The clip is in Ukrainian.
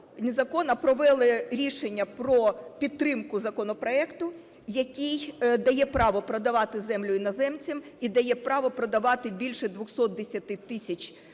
провели рішення про підтримку законопроекту, який дає право продавати землю іноземцям і дає право продавати більше двохсот